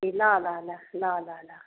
ए ल ल ल ल ल ल